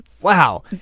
wow